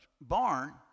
barn